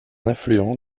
affluent